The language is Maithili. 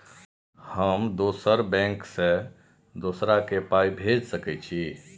हम दोसर बैंक से दोसरा के पाय भेज सके छी?